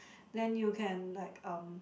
then you can like um